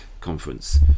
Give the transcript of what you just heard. conference